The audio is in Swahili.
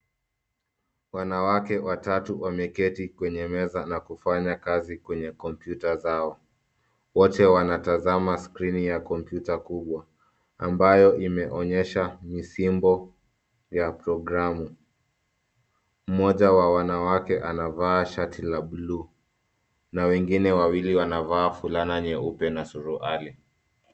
Wanawake watatu wameketi kwenye meza na kufanya kazi kwenye kompyuta zao. Wote wanatazama skrini ya kompyuta kubwa ambayo imeonyesha misimbo ya programu. Mmoja wa wanawake anavaa shati la bluu na wengine wawili wanavaa fulana nyeupe na suruali.